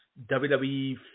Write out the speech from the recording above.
WWE